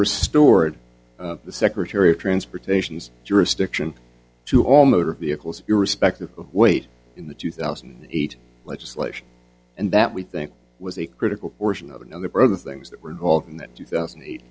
restored the secretary of transportation and jurisdiction to all motor vehicles irrespective of weight in the two thousand and eight legislation and that we think was a critical orsen of another brother things that were involved in that two thousand and eight